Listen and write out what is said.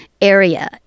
area